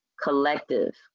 collective